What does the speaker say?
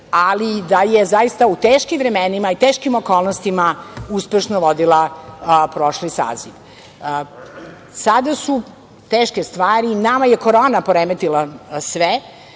ali da je zaista u teškim vremenima i teškim okolnostima uspešno vodila prošli saziv. Nama je korona poremetila sve.